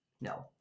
No